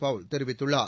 பால் தெரிவித்துள்ளார்